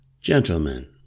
Gentlemen